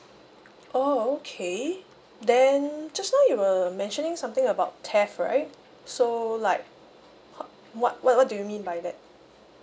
oh okay then just now you were mentioning something about theft right so like what what what do you mean by that